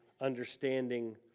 understanding